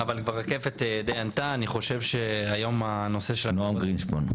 נעם גרינשפון.